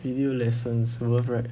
video lessons worth right